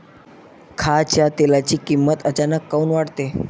खाच्या तेलाची किमत अचानक काऊन वाढते?